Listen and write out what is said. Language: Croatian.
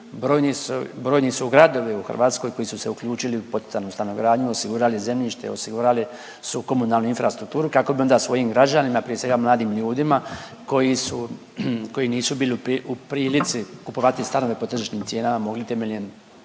brojni su gradovi u Hrvatskoj koji su se uključili u poticajnu stanogradnju osigurali zemljište i osigurali su komunalnu infrastrukturu kako bi onda svojim građanima, prije svega mladim ljudima, koji su, koji nisu bili u prilici kupovati stanove po tržišnim cijenama mogli temeljem